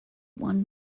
one